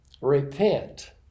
Repent